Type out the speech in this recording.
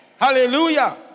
Hallelujah